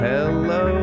Hello